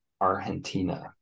argentina